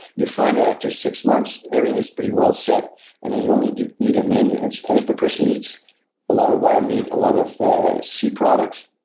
you find that after six months everything is pretty well set and you only need a maintenance. and if the person eats a lot of wild meat, a lot of sea products,